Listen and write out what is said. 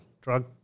drug